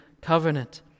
covenant